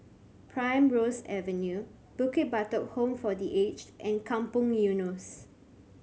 Primrose Avenue Bukit Batok Home for The Aged and Kampong Eunos